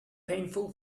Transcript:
painful